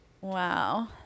Wow